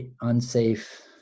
unsafe